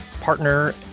partner